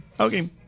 Okay